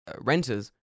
renters